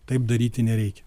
taip daryti nereikia